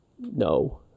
no